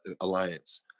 Alliance